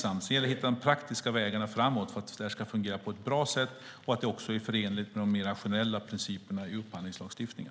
Sedan gäller det att hitta de praktiska vägarna framåt för att det här ska fungera på ett bra sätt och också är förenligt med de mer generella principerna i upphandlingslagstiftningen.